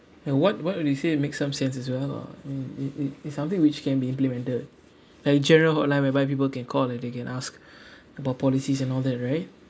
ya what what what you say makes some sense as well lah mm it it it's something which can be implemented like general hotline whereby people can call and they can ask about policies and all that right